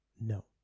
No